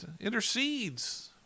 intercedes